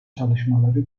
çalışmaları